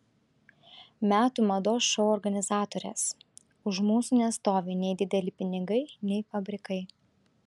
metų mados šou organizatorės už mūsų nestovi nei dideli pinigai nei fabrikai